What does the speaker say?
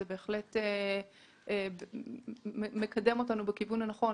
זה בהחלט מקדם אותנו בכיוון הנכון.